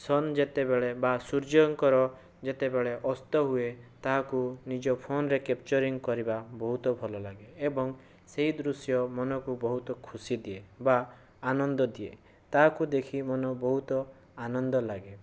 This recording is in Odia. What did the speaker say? ସନ୍ ଯେତେବେଳେ ବା ସୂର୍ଯ୍ୟଙ୍କର ଯେତେବେଳେ ଅସ୍ତ ହୁଏ ତାହାକୁ ନିଜ ଫୋନ୍ରେ କ୍ୟାପଚରିଙ୍ଗ୍ କରିବା ବହୁତ ଭଲଲାଗେ ଏବଂ ସେହି ଦୃଶ୍ୟ ମନକୁ ବହୁତ ଖୁସି ଦିଏ ବା ଆନନ୍ଦ ଦିଏ ତାହାକୁ ଦେଖି ମନ ବହୁତ ଆନନ୍ଦ ଲାଗେ